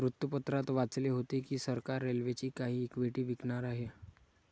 वृत्तपत्रात वाचले होते की सरकार रेल्वेची काही इक्विटी विकणार आहे